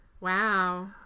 Wow